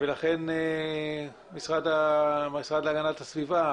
המשרד להגנת הסביבה,